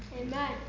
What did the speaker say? Amen